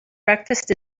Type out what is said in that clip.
breakfast